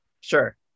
Sure